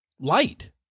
light